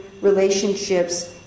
relationships